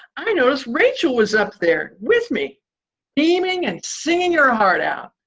i mean noticed rachel was up there with me beaming and singing your ah heart out.